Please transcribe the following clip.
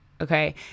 Okay